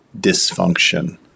dysfunction